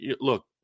look